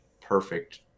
perfect